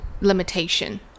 limitation